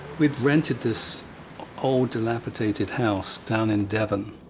we rented this old dilapidated house down in devon.